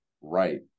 right